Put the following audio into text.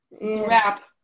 Wrap